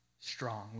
strong